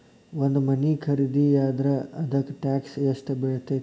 ಒಂದ್ ಮನಿ ಖರಿದಿಯಾದ್ರ ಅದಕ್ಕ ಟ್ಯಾಕ್ಸ್ ಯೆಷ್ಟ್ ಬಿಳ್ತೆತಿ?